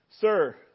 sir